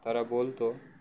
তারা বলতো